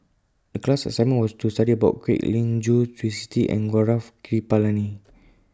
The class assignment was to study about Kwek Leng Joo Twisstii and Gaurav Kripalani